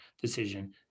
decision